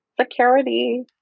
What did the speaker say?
security